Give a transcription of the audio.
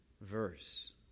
verse